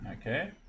okay